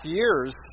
years